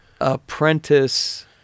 apprentice